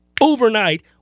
overnight